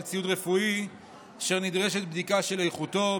ציוד רפואי אשר נדרשת בדיקה של איכותו,